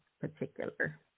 particular